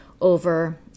over